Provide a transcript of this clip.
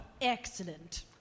Excellent